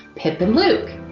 pip and luke.